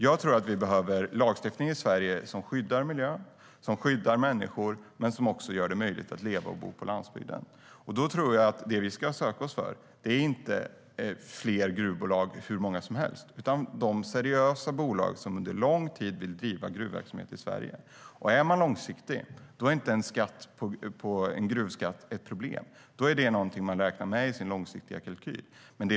Jag tror att vi behöver lagstiftning i Sverige som skyddar miljön och som skyddar människorna men som också gör det möjligt att leva och bo på landsbygden. Det vi ska söka är inte hur många fler gruvbolag som helst utan seriösa bolag som vill driva gruvverksamhet i Sverige under lång tid. Om man är långsiktig är en gruvskatt inget problem. Det är något som man räknar med i sin långsiktiga kalkyl.